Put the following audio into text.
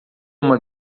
uma